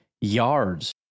yards